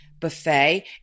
buffet